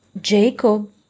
Jacob